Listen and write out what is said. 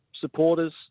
supporters